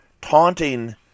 taunting